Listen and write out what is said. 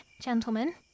gentlemen